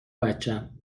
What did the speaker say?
بچم